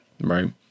Right